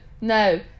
no